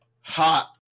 hot